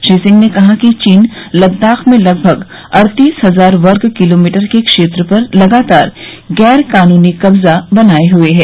श्री सिंह ने कहा कि चीन लद्दाख में लगभग अड़तीस हजार वर्ग किलोमीटर के क्षेत्र पर लगातार गैर कानूनी कब्जा बनाए हुए है